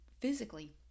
physically